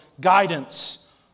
guidance